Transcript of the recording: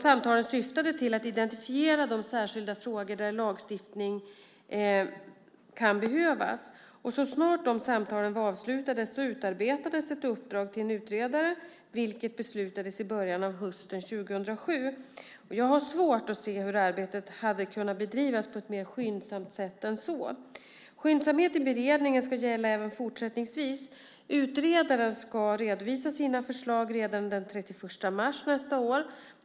Samtalen syftade till att identifiera de särskilda frågor där lagstiftning kan behövas. Så snart samtalen var avslutade utarbetades ett uppdrag till en utredare, vilket beslutades i början av hösten 2007. Jag har svårt att se hur arbetet hade kunnat bedrivas på ett mer skyndsamt sätt än så. Skyndsamheten i beredningen ska gälla även fortsättningsvis. Utredaren ska redovisa sina förslag redan den 31 mars nästa år.